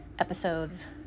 episodes